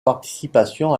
participation